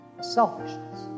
selfishness